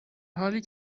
حالی